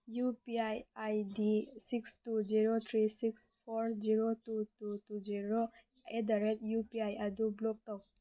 U P I I D six two zero three six four zero two two two zero at the rate U P I ꯑꯗꯨ block ꯇꯧ